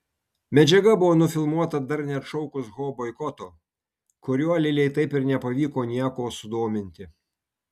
medžiaga buvo nufilmuota dar neatšaukus ho boikoto kuriuo lilei taip ir nepavyko nieko sudominti